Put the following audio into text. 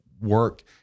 work